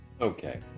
Okay